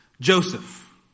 Joseph